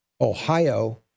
Ohio